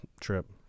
trip